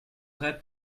reibt